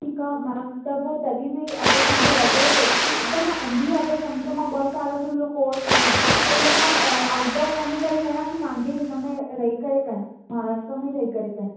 ठीकु आहे मैम त पोइ कॾहिं बि अगरि तव्हांखे लॻेव थो कि त मां एम बी ए अगरि समुझो मां ॿ साल जो इहो कोर्स कयां त इहो मां आउट ऑफ़ वञी करे कयां कि पंहिंजी हुन में रही करे कयां महाराष्ट्र में रही करे कयां